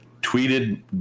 tweeted